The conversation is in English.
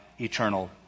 eternal